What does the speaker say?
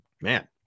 Man